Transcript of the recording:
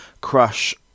Crush